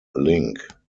link